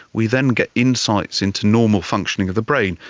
we then get insights into normal functioning of the brain.